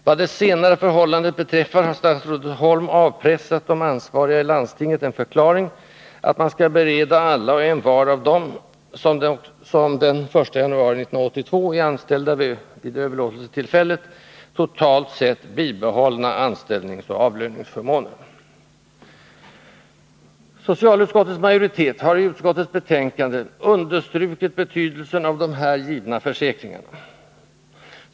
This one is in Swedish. Vad det senare förhållandet beträffar har statsrådet Holm avpressat de ansvariga i landstinget en förklaring att man skall bereda alla och envar av dem som är anställda vid överlåtelsetillfället, dvs. den 1 januari 1982, ”totalt sett” bibehållna anställningsoch avlöningsförmåner. Socialutskottets majoritet har i utskottets betänkande 1980/81:27 understrukit betydelsen av de här givna försäkringarna.